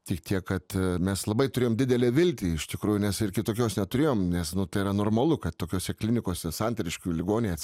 tik tiek kad mes labai turėjom didelę viltį iš tikrųjų nes ir kitokios neturėjom nes tai yra normalu kad tokiose klinikose santariškių ligoninėj